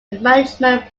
management